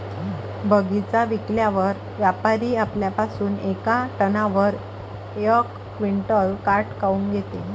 बगीचा विकल्यावर व्यापारी आपल्या पासुन येका टनावर यक क्विंटल काट काऊन घेते?